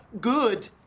Good